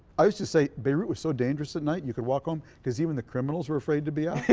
i used to say beirut was so dangerous at night you could walk home because even the criminals were afraid to be out,